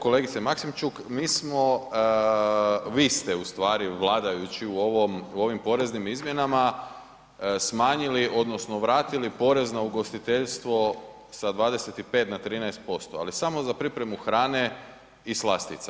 Kolegice Maksimčuk, mi smo, vi ste ustvari vladajući u ovim poreznim izmjenama smanjili odnosno vratili porez na ugostiteljstvo sa 25 na 13% ali samo za pripremu hrane i slastica.